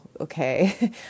okay